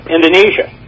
Indonesia